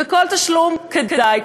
וכל תשלום כדאי,